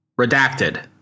Redacted